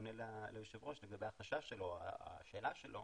עונה ליושב ראש לגבי החשש שלו או השאלה שלו